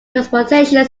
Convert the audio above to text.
transportation